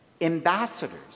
ambassadors